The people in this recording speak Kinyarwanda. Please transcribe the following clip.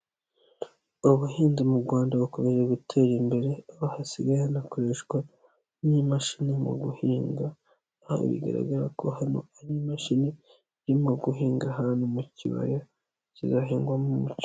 Ubahinzi mu Rwanda bakomeje gutera imbere, aho hasigaye hanakoreshwa n'imashini mu guhinga, aha bigaragara ko hano hari imashini, irimo guhinga ahantu mu kibaya, kizahingwamo umuceri.